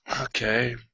okay